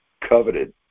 coveted